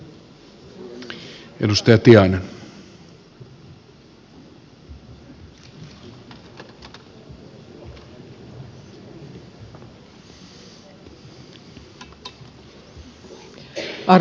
arvoisa puhemies